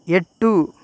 எட்டு